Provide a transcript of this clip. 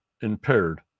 impaired